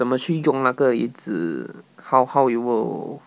the machine jerk 那个椅子 how how it will